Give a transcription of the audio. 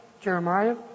Jeremiah